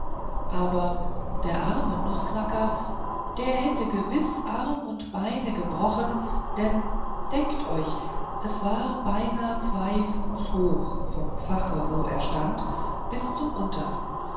aber der arme nußknacker der hätte gewiß arm und beine gebrochen denn denkt euch es war beinahe zwei fuß hoch vom fache wo er stand bis zum untersten